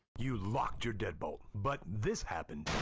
you locked your deadbolt, but this happened.